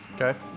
Okay